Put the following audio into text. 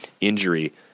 injury